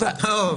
תודה.